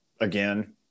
again